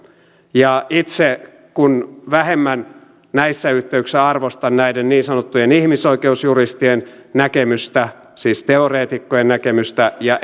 ja itse kun vähemmän näissä yhteyksissä arvostan näiden niin sanottujen ihmisoikeusjuristien näkemystä siis teoreetikkojen näkemystä ja